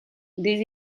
this